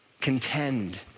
contend